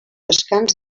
descans